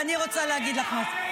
היא לא אמרה "ממלכתית".